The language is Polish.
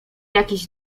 jakiś